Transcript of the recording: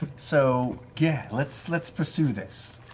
so yeah let's let's pursue this.